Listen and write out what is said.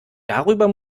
darüber